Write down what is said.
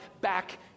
back